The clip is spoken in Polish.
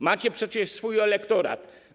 Macie przecież swój elektorat.